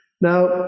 Now